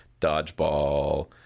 Dodgeball